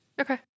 okay